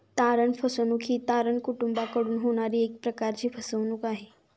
तारण फसवणूक ही तारण कुटूंबाकडून होणारी एक प्रकारची फसवणूक आहे